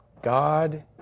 God